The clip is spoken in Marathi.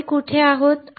तर आम्ही कुठे आहोत